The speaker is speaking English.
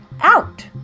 out